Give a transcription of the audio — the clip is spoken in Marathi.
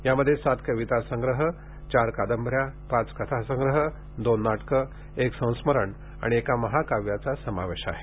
यामध्ये सात कविता संग्रह चार उपन्यास पाच कथा संग्रह दोन नाटकं एक संस्मरण आणि एका महाकाव्याचा समावेश आहे